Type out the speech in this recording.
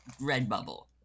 Redbubble